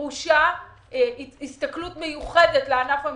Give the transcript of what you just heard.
דרושה הסתכלות מיוחדת על ענף המסעדנות.